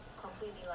completely